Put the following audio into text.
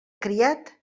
criat